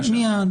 נכון.